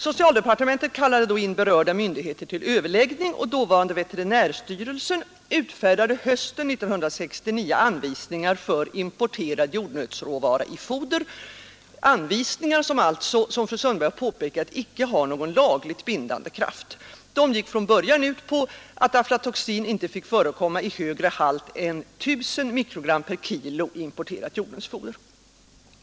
Socialdepartementet kallade då in berörda myndigheter till överläggning, och dåvarande veterinärstyrelsen utfärdade hösten 1969 anvisningar för importerad jordnötsråvara i foder. Dessa anvisningar har, som fru Sundberg påpekat, icke någon lagligt bindande kraft. De gick från början ut på att aflatoxin inte fick förekomma i högre halt än 1 000 mikrogram per kilogram i importerat jordnötsfoder.